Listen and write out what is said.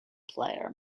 player